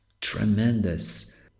tremendous